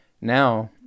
Now